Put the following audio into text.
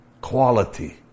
quality